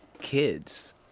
Kids